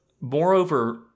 moreover